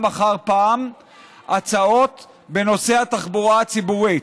אחר פעם הצעות בנושא התחבורה הציבורית.